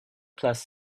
plus